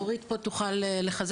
אורית מהתאחדות התעשיינים פה, תוכל לחזק.